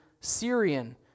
Syrian